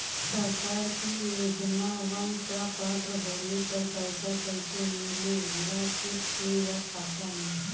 सरकार के योजनावन क पात्र होले पर पैसा कइसे मिले ला चेक से या खाता मे?